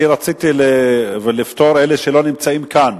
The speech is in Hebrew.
רציתי לפטור את אלה שלא נמצאים כאן,